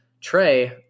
Trey